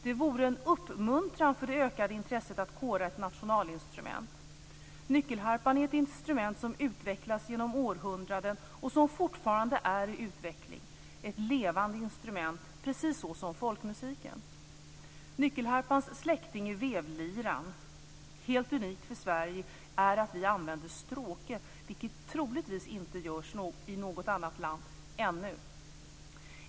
I och med det ökade intresset vore det en uppmuntran att kora ett nationalinstrument. Nyckelharpan är ett instrument som har utvecklats genom århundraden och som fortfarande är i utveckling. Det är ett levande instrument, precis som folkmusiken. Nyckelharpans släkting är vevliran. Helt unikt för Sverige är att vi använder en stråke. Det görs troligtvis inte i något annat land - ännu.